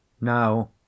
now